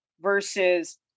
versus